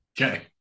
Okay